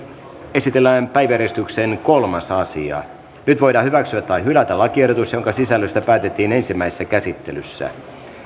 esitellään päiväjärjestyksen kolmas asia nyt voidaan hyväksyä tai hylätä lakiehdotus jonka sisällöstä päätettiin ensimmäisessä käsittelyssä